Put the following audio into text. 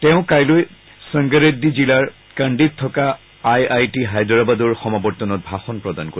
তেওঁ কাইলৈ ছংগৰেড্ডী জিলাৰ কাণ্ডিত থকা আই আই টি হায়দৰাবাদৰ সমাবৰ্তনত ভাষণ প্ৰদান কৰিব